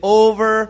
over